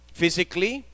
physically